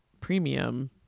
premium